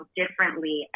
differently